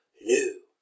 New